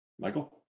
Michael